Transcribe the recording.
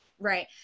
Right